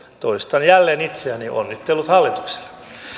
toistan jälleen itseäni onnittelut hallitukselle